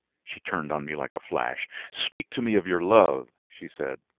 she turned on me like a flash. speak to me of your love, she said,